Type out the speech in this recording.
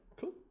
cool